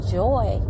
joy